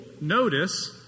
notice